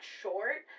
short